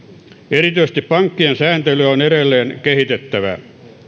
erityisesti pankkien sääntelyä on edelleen kehitettävä